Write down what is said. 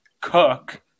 cook